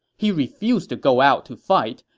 he refused to go out to fight,